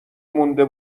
مونده